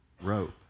rope